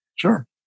Sure